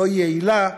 לא יעילה,